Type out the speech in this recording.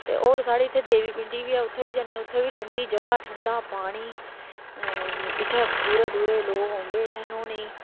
ते और साढ़े इत्थै देवी पिंडी ऐ ते उत्थै बी ठंडी जगह ऐ ठंडा पानी इत्थै दुरे दूरै दे लोक औंदे इत्थै नन्हौने गी